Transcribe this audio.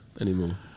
anymore